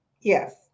Yes